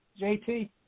JT